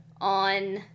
on